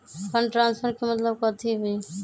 Fund transfer के मतलब कथी होई?